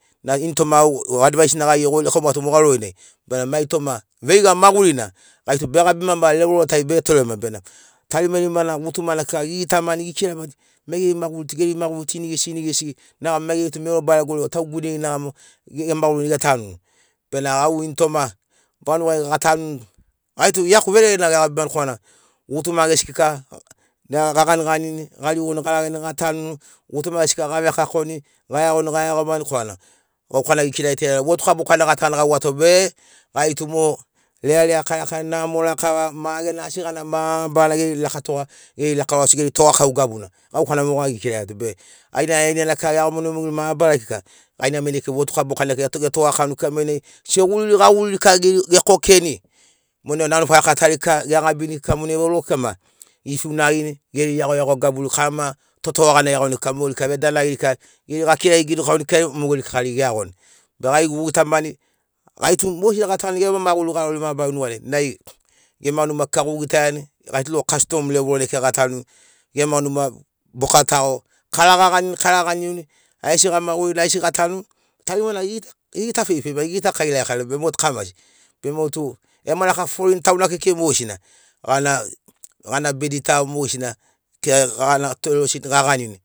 Nai initoma au advais na gai egorikaumato moga lorinai bena maitoma veiga magurina gai tu begabima levol tai betorema benamo tarimarima na gutuma na kika gigitamani gikiramani mai geri maguri tu geri maguri tu inigesi inigesi nogamo maigeri tu mero baregori o tau- guineri nogamo gemagurini getanuni. Bena au initoma vanugai gatanuni gai tu iaku verere na gegabimani korana gutuma gesi kika gaganiganini garigoni garageni gatanuni gutuma gesi kika gavekakoni gaiagoni gaiagomani korana gaukana gikiragiato ilailanai votuka bokana gatanu gauato be gau tu mo lealea karakara namo rakava magena asigana mabarana geri rakatoga geri lakalosi geri togakau gabuna gauka na moga gikiragiato be ainai aina kika geiagomani mabarari kika gaina mainai kika votuka bokanai getoga getogakauni kika mainai seguriri gaguriri kika gili gekokeni monai ro nanu faraka tari kika gegabini kika monai vauro kika ma gifiunagini geri iagoiago gaburi karama totoga gana iagoni kika mogeri kika vedanagiri kika geri gakiragi ginikauni kika mogeri gari geiagoni. Be gai gugitamani gai tu mogesina gatanuni gema maguri garori mabarari nugariai. Nai gema numa kika gugitaiani gai tu logo kastom levol nai kika gatanuni gema numa bokatago. Kara gaganini kara ganiuni aigesi gamagurini aigesi gatanuni tarimana gigita gigitafeifeimani gigita kaelage kaelagemani be motu kamasi be motu ema lakafoforini tauna kekei mogesina gana gana bedi ta o mogesina keagana torelosini gaganini